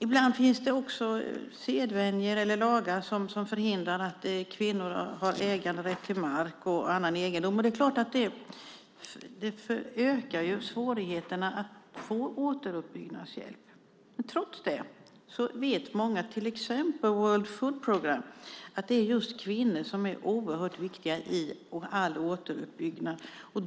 Ibland finns det sedvänjor eller lagar som förhindrar att kvinnor har äganderätt till mark och annan egendom. Det ökar naturligtvis svårigheterna att få återuppbyggnadshjälp. Trots det vet många, till exempel World Food Programme, att just kvinnor är oerhört viktiga i all återuppbyggnad.